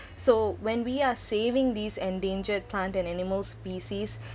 so when we are saving these endangered plant and animal species